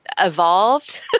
evolved